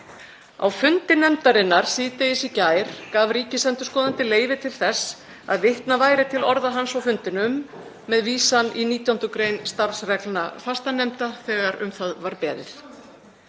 Á fundi nefndarinnar síðdegis í gær gaf ríkisendurskoðandi leyfi til þess að vitnað væri til orða hans á fundinum með vísan í 19. gr. starfsreglna fastanefnda þegar um það var beðið.